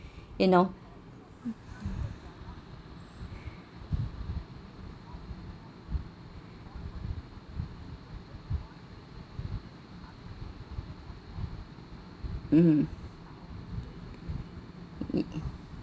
you know mmhmm